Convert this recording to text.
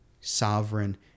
sovereign